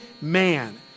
man